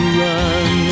run